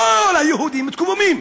כל היהודים מתקוממים.